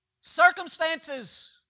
Circumstances